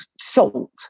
salt